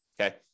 Okay